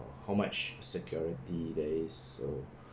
how much security there is so